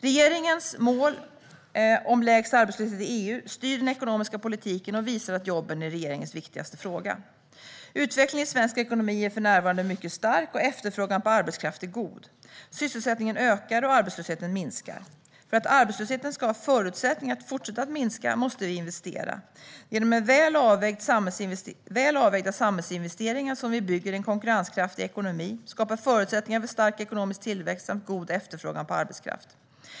Regeringens mål om lägst arbetslöshet i EU styr den ekonomiska politiken och visar att jobben är regeringens viktigaste fråga. Utvecklingen i svensk ekonomi är för närvarande mycket stark, och efterfrågan på arbetskraft är god. Sysselsättningen ökar, och arbetslösheten minskar. För att arbetslösheten ska ha förutsättningar att fortsätta att minska måste vi investera. Det är genom väl avvägda samhällsinvesteringar som vi bygger en konkurrenskraftig ekonomi och skapar förutsättningar för stark ekonomisk tillväxt samt god efterfrågan på arbetskraft.